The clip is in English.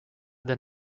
than